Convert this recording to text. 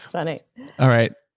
funny all right.